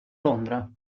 londra